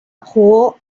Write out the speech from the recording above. jugó